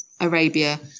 Arabia